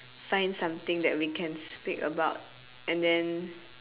find something that we can speak about and then